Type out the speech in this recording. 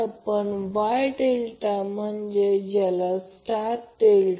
तर आपल्याला VBN Van angle 120° कारण तो 120° लॅगिंग आहे फक्त रीलेशन वापरावे लागते